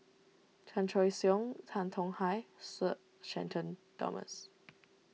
Chan Choy Siong Tan Tong Hye Sir Shenton Thomas